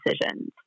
decisions